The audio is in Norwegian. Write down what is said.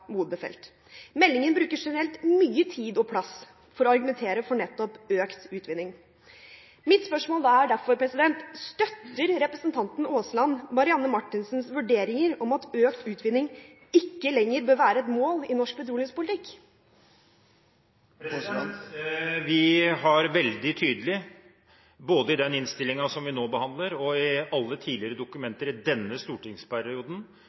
Meldingen bruker generelt mye tid og plass på å argumentere for nettopp økt utvinning. Mitt spørsmål er derfor: Støtter representanten Aasland representanten Marianne Marthinsens vurderinger om at økt utvinning ikke lenger bør være et mål i norsk petroleumspolitikk? Vi har veldig tydelig – både i den innstillingen vi nå behandler og i alle tidligere dokumenter i denne stortingsperioden